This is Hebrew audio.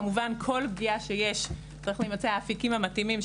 כמובן שכל פגיעה שיש צריך למצות באפיקים המתאימים,